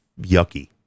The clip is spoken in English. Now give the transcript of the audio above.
yucky